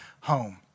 home